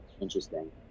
interesting